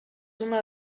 una